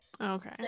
okay